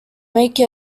make